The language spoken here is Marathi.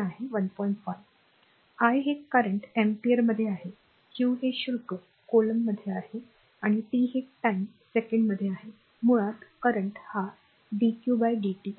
1 आय हे करंट अॅम्पीयर मध्ये आहे क्यू हे शुल्क कोलॉम्ब्स मध्ये आणि टी हे टाईम सेकंड मध्ये आहे मुळात करंट डिक्यू डीटी